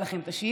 תודה.